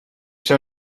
zou